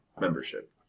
membership